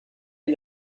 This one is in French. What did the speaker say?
est